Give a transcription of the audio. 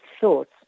thoughts